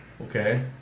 Okay